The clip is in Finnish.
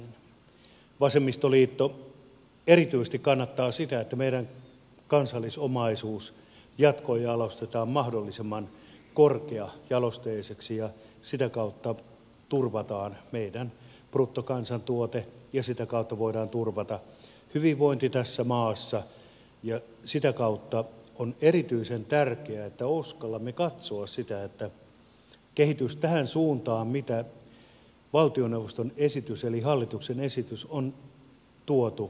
vasemmistoliitto erityisesti kannattaa sitä että meidän kansallisomaisuus jatkojalostetaan mahdollisimman korkeajalosteiseksi ja sitä kautta turvataan meidän bruttokansantuote ja sitä kautta voidaan turvata hyvinvointi tässä maassa ja sitä kautta on erityisen tärkeää että uskallamme katsoa sitä että kehitys tähän suuntaan mitä on valtioneuvoston esityksessä eli hallituksen esityksessä on tuotu mukaan